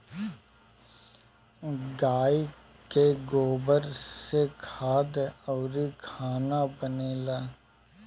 गाइ के गोबर से खाद अउरी खाना बनेला